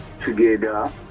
together